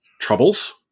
troubles